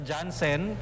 Johnson